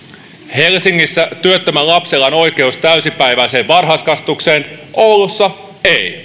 helsingissä työttömän lapsella on oikeus täysipäiväiseen varhaiskasvatukseen oulussa ei